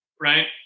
Right